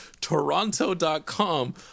Toronto.com